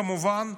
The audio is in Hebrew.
כמובן,